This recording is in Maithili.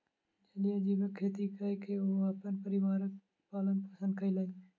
जलीय जीवक खेती कय के ओ अपन परिवारक पालन पोषण कयलैन